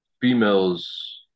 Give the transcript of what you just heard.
females